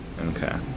Okay